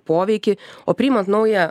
poveikį o priiman naują